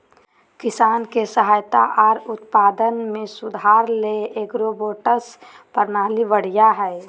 किसान के सहायता आर उत्पादन में सुधार ले एग्रीबोट्स प्रणाली बढ़िया हय